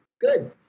Good